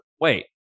Wait